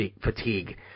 fatigue